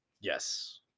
Yes